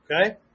okay